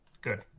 good